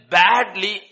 badly